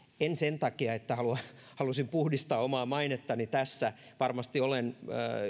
en sen takia että haluaisin puhdistaa omaa mainettani tässä varmasti olen